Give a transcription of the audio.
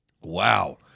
Wow